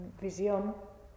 visión